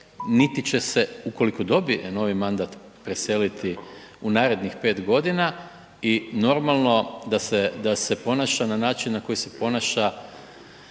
niti će se, ukoliko dobije novi mandat preseliti u narednih 5 godina i normalno da se ponaša na način na koji se ponaša.